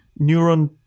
neuron